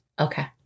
Okay